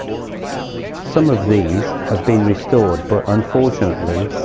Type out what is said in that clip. some of these have been restored, but unfortunately,